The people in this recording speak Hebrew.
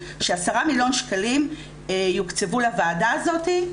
ש-10 מיליון שקלים יוקצבו לוועדה הזאת.